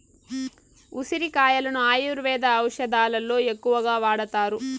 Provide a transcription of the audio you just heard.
ఉసిరి కాయలను ఆయుర్వేద ఔషదాలలో ఎక్కువగా వాడతారు